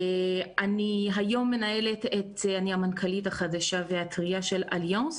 היום אני המנכ"לית החדשה והטרייה של אליאנס,